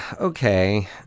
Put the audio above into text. okay